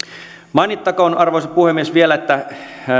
mainittakoon vielä arvoisa puhemies että